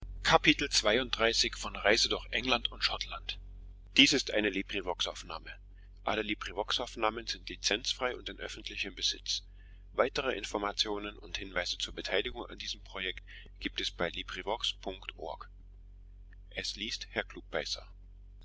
so gibt es